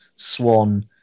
Swan